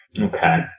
Okay